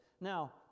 Now